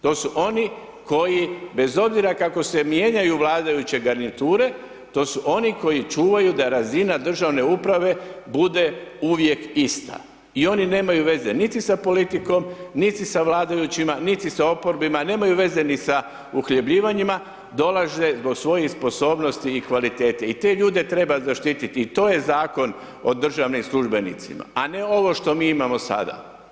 To su oni koji, bez obzira kako se mijenjaju vladajuće garniture, to su oni koji čuvaju da razina državne uprave bude uvijek ista i oni nemaju veze niti sa politikom, niti sa vladajućima, niti sa oporbima, nemaju veze ni sa uhljebljivanjima, dolaze zbog svoje sposobnosti i kvalitete i te ljude treba zaštititi i to je Zakon o državnim službenicima, a ne ovo što mi imamo sada.